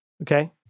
okay